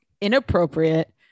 inappropriate